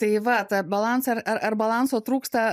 tai va tą balansą ar ar balanso trūksta